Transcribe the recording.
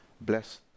Bless